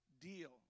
deal